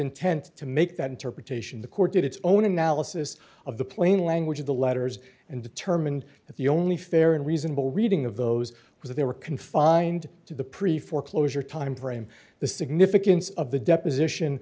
intent to make that interpretation the court did its own analysis of the plain language of the letters and determined that the only fair and reasonable reading of those was they were confined to the pre foreclosure timeframe the significance of the deposition